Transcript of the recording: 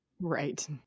Right